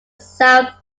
south